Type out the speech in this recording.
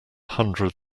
hundred